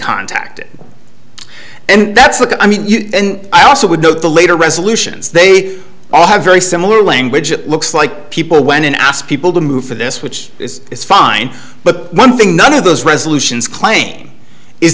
contacted and that's what i mean i also would note the later resolutions they all have very similar language it looks like people went and asked people to move for this which is fine but one thing none of those resolutions claim is